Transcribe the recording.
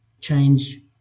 change